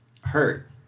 hurt